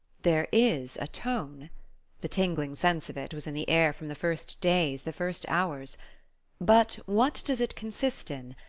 there is a tone the tingling sense of it was in the air from the first days, the first hours but what does it consist in?